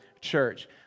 church